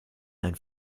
ein